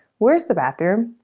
where's the bathroom,